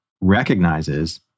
recognizes